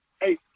Hey